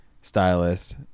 stylist